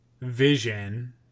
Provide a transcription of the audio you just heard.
vision